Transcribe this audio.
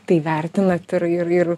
tai vertinat ir ir ir